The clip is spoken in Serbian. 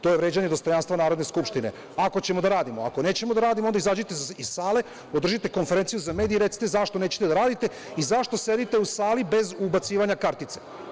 To je vređanje dostojanstva Narodne skupštine, ako ćemo da radimo, ako nećemo da radimo onda izađite iz sale, održite konferenciju za medije i recite zašto nećete da radite i zašto sedite u sali bez ubacivanja kartice.